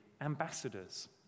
ambassadors